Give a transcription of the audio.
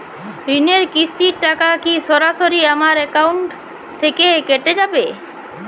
ঋণের কিস্তির টাকা কি সরাসরি আমার অ্যাকাউন্ট থেকে কেটে যাবে?